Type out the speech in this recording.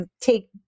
take